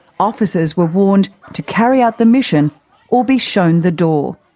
officers were warned to carry out the mission or be shown the door.